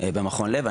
במכון לב.